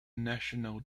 national